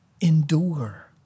Endure